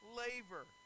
labor